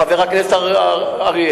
חבר הכנסת אריאל,